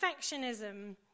perfectionism